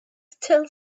still